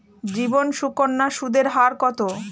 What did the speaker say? জীবন সুকন্যা সুদের হার কত?